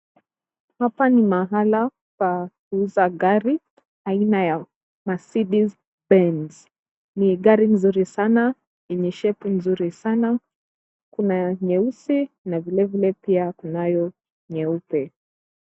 Hapa ni mahala pa kuuza gari aina ya Mercedes Benz. Ni gari nzuri sana lenye shepu nzuri sana. Kuna ya nyeusi na vile vile pia kunayo nyeupe.